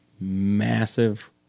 massive